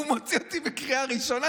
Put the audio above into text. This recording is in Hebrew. הוא מוציא אותי בקריאה ראשונה,